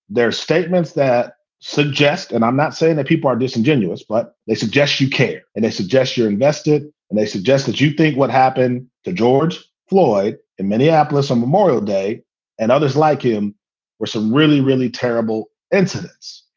they're statements that suggest and i'm not saying that people are disingenuous, but they suggest you care and i suggest you're invested and they suggest that you think what happened to george floyd in minneapolis on memorial day and others like him were some really, really terrible incidents.